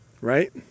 Right